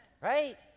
Right